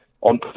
on